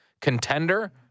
contender